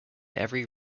every